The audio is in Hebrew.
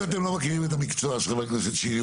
אם אתם לא מכירים את המקצוע של חבר הכנסת שירי,